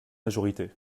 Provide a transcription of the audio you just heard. majorité